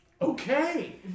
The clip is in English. Okay